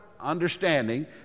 understanding